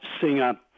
singer